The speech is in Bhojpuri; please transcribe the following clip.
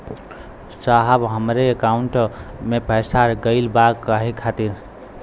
साहब हमरे एकाउंट से पैसाकट गईल बा काहे खातिर?